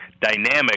dynamic